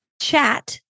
chat